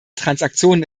transaktionen